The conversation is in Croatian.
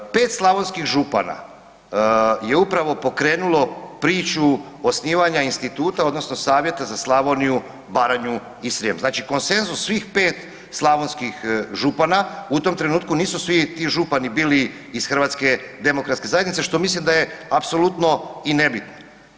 Pet slavonskih župana je upravo pokrenulo priču osnivanja instituta odnosno Savjeta za Slavoniju, Baranju i Srijeme, znači konsenzus svih pet slavonskih župana u tom trenutku nisu svi ti župani bili iz HDZ-a, što mislim da apsolutno i nebitno.